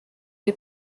les